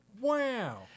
wow